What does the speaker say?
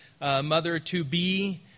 mother-to-be